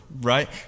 right